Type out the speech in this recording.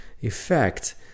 effect